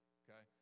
okay